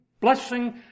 blessing